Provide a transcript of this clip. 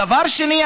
דבר שני,